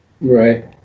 Right